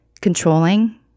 controlling